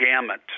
gamut